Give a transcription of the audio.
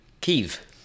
Kiev